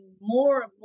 more